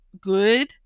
good